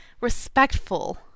respectful